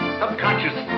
subconscious